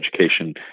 education